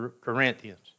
Corinthians